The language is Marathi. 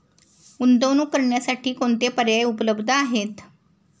गुंतवणूक करण्यासाठी कोणते पर्याय उपलब्ध आहेत?